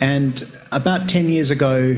and about ten years ago